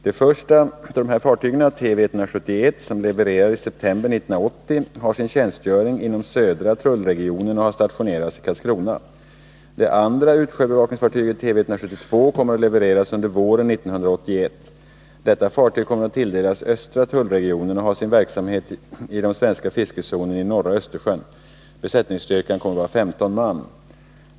Det första av dessa fartyg, Tv 171, som levererades i september 1980, har sin tjänstgöring inom södra tullregionen och har stationerats i Karlskrona. Det andra utsjöbevakningsfartyget, Tv 172, kommer att levereras under våren 1981. Detta fartyg kommer att tilldelas östra tullregionen och ha sin verksamhet i den svenska fiskezonen i norra Östersjön. Besättningsstyrkan kommer att vara 15 man.